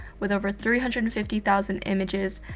with over three hundred and fifty thousand images,